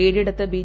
ഏഴിടത്ത് B